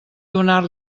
donar